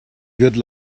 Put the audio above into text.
good